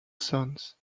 sons